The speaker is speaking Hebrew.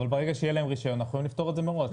אבל ברגע שיהיה להם רישיון אנחנו יכולנו לפתור את זה מראש,